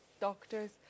doctors